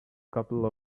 couple